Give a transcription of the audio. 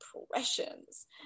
impressions